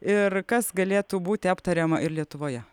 ir kas galėtų būti aptariama ir lietuvoje